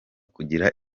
kugira